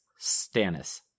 Stannis